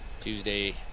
Tuesday